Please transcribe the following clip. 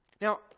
Now